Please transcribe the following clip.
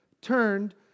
turned